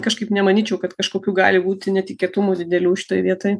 kažkaip nemanyčiau kad kažkokių gali būti netikėtumų didelių šitoj vietoj